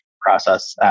process